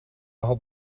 had